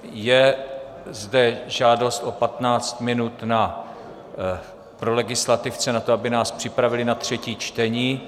Je zde žádost o 15 minut pro legislativce na to, aby nás připravili na třetí čtení.